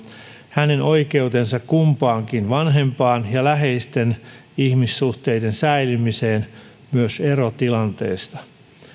hänen oikeutensa kumpaankin vanhempaan ja läheisten ihmissuhteiden säilymiseen myös erotilanteessa